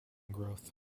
growth